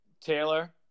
Taylor